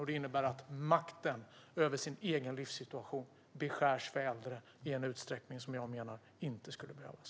Det innebär att makten över sin egen livssituation beskärs för äldre i en utsträckning som jag menar inte skulle behövas.